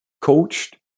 coached